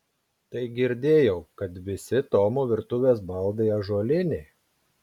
tai girdėjau kad visi tomo virtuvės baldai ąžuoliniai